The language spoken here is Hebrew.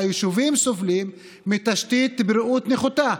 היישובים סובלים מתשתית בריאות נחותה